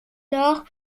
nord